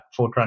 Fortran